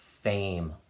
fame